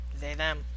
they/Them